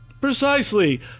Precisely